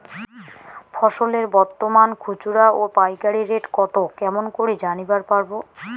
ফসলের বর্তমান খুচরা ও পাইকারি রেট কতো কেমন করি জানিবার পারবো?